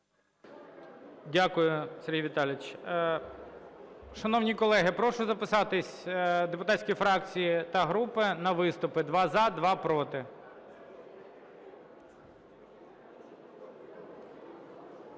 Дякую, Сергій Віталійович. Шановні колеги, прошу записатися депутатські фракції та групи на виступи: два – за, два – проти.